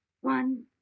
One